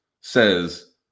says